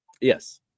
Yes